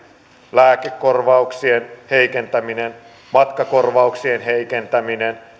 lääkekorvauksien heikentäminen matkakorvauksien heikentäminen